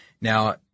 now